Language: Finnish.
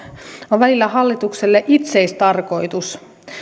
on välillä hallitukselle itseistarkoitus